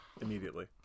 immediately